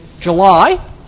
July